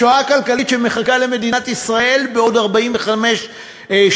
השואה הכלכלית שמחכה למדינת ישראל בעוד 45 שנים